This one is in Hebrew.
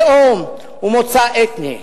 לאום ומוצא אתני.